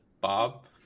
Bob